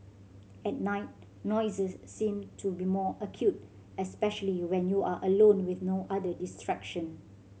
at night noises seem to be more acute especially when you are alone with no other distraction